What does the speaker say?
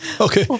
Okay